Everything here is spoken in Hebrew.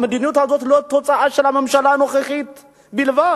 המדיניות הזאת היא לא תוצאה של הממשלה הנוכחית בלבד.